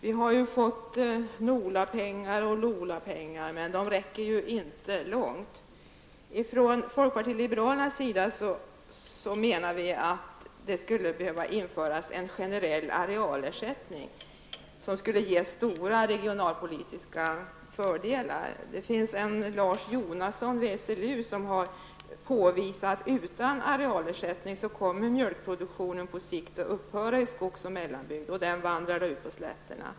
Vi har ju fått NOLA-pengar och LOLA-pengar, men de räcker ju inte långt. Från folkpartiet liberalerna menar vi att det skulle behöva införas en generell arealersättning, som skulle ge stora regionalpolitiska fördelar. Det finns en Lars Jonasson vid SLU som har påvisat att utan arealersättning kommer mjölkproduktionen på sikt att upphöra i skogs och mellanbygden, och den kommer i stället att förläggas till slätterna.